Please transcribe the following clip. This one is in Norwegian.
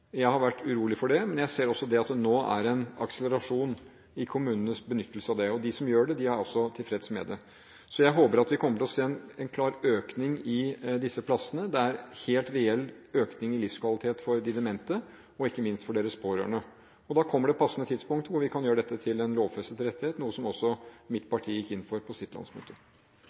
Jeg har vært urolig for det, men jeg ser at det nå er en akselerasjon i kommunenes benyttelse av ordningen, og de som gjør det, er tilfreds. Jeg håper at vi kommer til å se en klar økning i disse plassene. Det er en helt reell økning i livskvalitet for de demente – og ikke minst for deres pårørende. Da kommer det et passende tidspunkt hvor man kan gjøre dette til en lovfestet rettighet, som også mitt parti gikk inn for på sitt landsmøte.